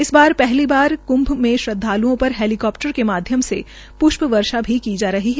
इस बार पहली बार क्भ में श्रद्वाल्ओं पर हैलीकप्टर के माध्यम से प्ष्प वर्षा भी की जा रही है